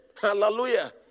Hallelujah